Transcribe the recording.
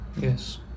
yes